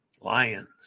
Lions